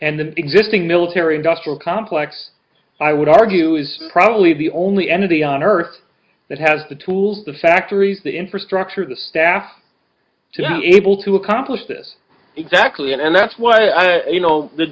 and the existing military industrial complex i would argue is probably the only entity on earth that has the tools the factories the infrastructure the staff to be able to accomplish this exactly and that's what you know the